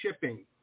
shipping